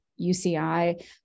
UCI